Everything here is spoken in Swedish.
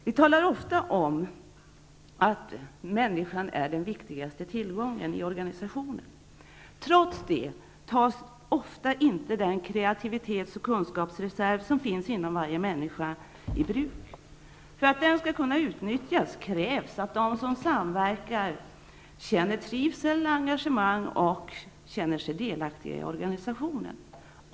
Vi talar ofta om att människan är den viktigaste tillgången i organisationen. Trots detta tas ofta inte den kreativitets och kunskapsreserv som finns inom varje människa i bruk. För att den skall kunna utnyttjas krävs att de som samverkar känner trivsel, engagemang och känner sig delaktiga i organisationen.